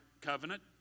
covenant